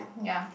ya